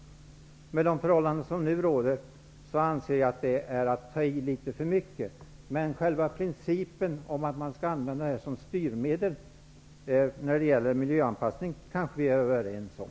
Med tanke på de förhållanden som nu råder anser jag att det är att ta i litet för mycket. Men själva principen om att man skall använda den som ett styrmedel när det gäller miljö kanske vi är överens om.